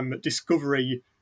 discovery